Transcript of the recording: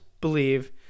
believe